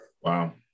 Wow